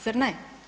Zar ne?